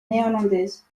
néerlandaises